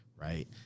right